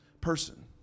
person